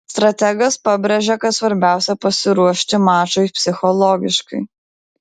strategas pabrėžė kad svarbiausia pasiruošti mačui psichologiškai